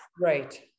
right